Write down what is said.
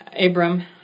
Abram